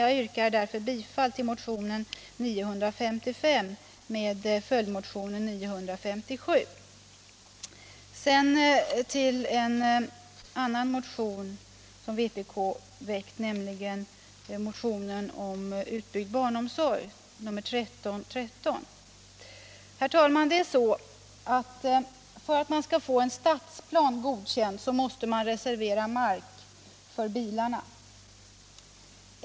Jag yrkar bifall till motionen 955 med följdmotionen 957. Herr talman! För att få en stadsplan godkänd måste man reservera mark för bilarna.